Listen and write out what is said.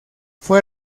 fue